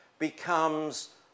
becomes